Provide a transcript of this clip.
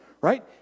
right